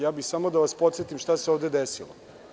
Ja bih samo da vas podsetim šta se ovde desilo.